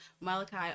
Malachi